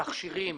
תכשירים